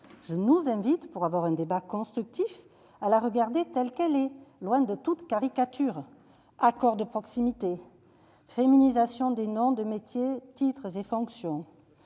Je nous invite, pour avoir un débat constructif, à la regarder telle qu'elle est, loin de toute caricature : accord de proximité, féminisation des noms de métiers, titres et fonctions,